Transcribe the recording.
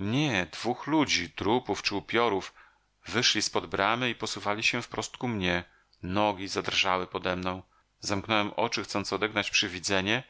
nie dwóch ludzi trupów czy upiorów wyszli z pod bramy i posuwali się wprost ku mnie nogi zadrżały podemną zamknąłem oczy chcąc odegnać przywidzenie